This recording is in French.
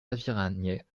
aviragnet